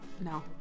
no